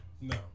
No